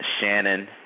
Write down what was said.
Shannon